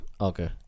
okay